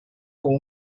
con